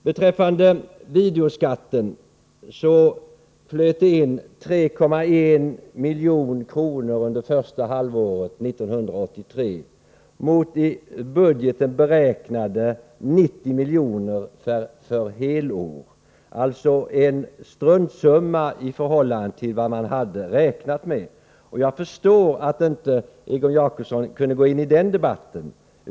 Beträffande videoskatten flöt det in 3,1 milj.kr. under första halvåret 1983 mot i budgeten beräknade 90 milj.kr. för helår — alltså en struntsumma i förhållande till vad man hade räknat med. Jag förstår att inte Egon Jacobsson kunde gå in i den debatten.